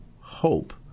hope